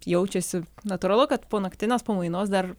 jaučiasi natūralu kad po naktinės pamainos dar